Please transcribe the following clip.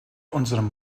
unserem